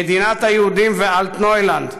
"מדינת היהודים" ו"אלטנוילנד",